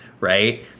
right